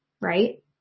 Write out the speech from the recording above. Right